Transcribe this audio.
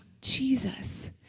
Jesus